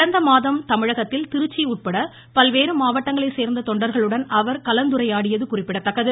கடந்த மாதம் தமிழகத்தில் திருச்சி உட்பட பல்வேறு மாவட்டங்களைச் சேர்ந்த தொண்டர்களுடன் அவர் கலந்துரையாடியது குறிப்பிடத்தக்கது